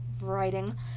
writing